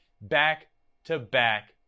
back-to-back